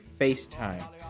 FaceTime